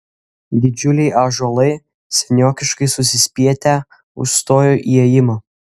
didžiuliai ąžuolai seniokiškai susispietę užstojo įėjimą